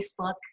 Facebook